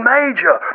Major